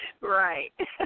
Right